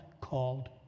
called